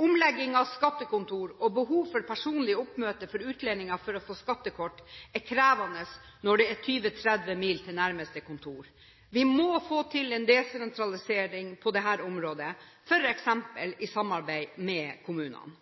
Omlegging av skattekontorene og behov for personlig oppmøte for utlendinger for å få skattekort er krevende når det er 20–30 mil til nærmeste kontor. Vi må få til en desentralisering på dette området, f.eks. i samarbeid med kommunene.